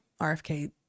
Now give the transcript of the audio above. RFK